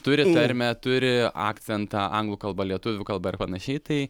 turi tarmę turi akcentą anglų kalba lietuvių kalba ir panašiai tai